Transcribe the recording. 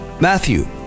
Matthew